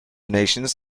nations